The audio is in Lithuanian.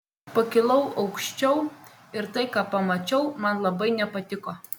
pakilau aukščiau ir tai ką pamačiau man labai nepatiko